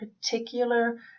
particular